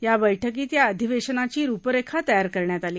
या बैठकीत या अधिवेशनाची रूपरेषा तयार करण्यात आली